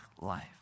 life